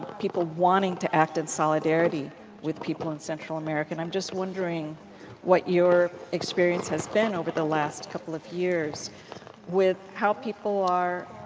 people wanting to act in solidarity with people in central america. i am just wondering what your experience has been over the last couple of years with how people are,